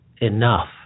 enough